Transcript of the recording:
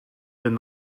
been